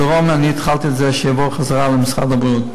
בדרום אני התחלתי בהחזרה למשרד הבריאות.